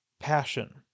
passion